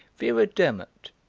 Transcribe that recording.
vera durmot,